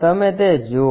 તમે તે જુઓ